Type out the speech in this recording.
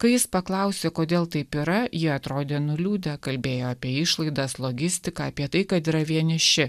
kai jis paklausė kodėl taip yra jie atrodė nuliūdę kalbėjo apie išlaidas logistiką apie tai kad yra vieniši